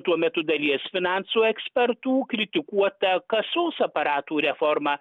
tuo metu dalies finansų ekspertų kritikuota kasos aparatų reforma